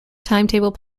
timetable